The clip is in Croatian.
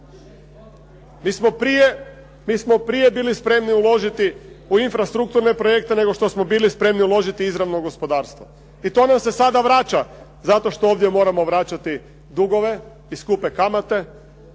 mi smo prije bili spremni uložiti u infrastrukturne projekte nego što smo bili spremni uložiti izravno gospodarstvo. I to nam se sada vraća zato što ovdje moramo vraćati dugove i skupe kamate.